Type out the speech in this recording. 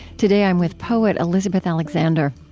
today, i'm with poet elizabeth alexander.